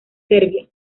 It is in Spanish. serbia